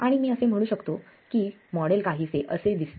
आणि मी असे म्हणू शकतो की मॉडेल काहीसे असे दिसते